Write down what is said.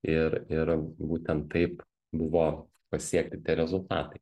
ir ir būtent taip buvo pasiekti rezultatai